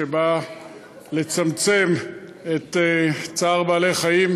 שבאה לצמצם את צער בעלי-החיים,